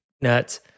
nuts